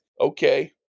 Okay